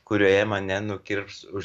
kurioje mane nukirps už